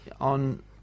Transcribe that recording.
on